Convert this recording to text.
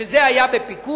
שזה היה בפיקוח,